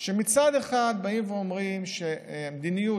שמצד אחד באים ואומרים שמדיניות,